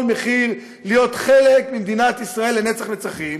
מחיר להיות חלק ממדינת ישראל לנצח נצחים,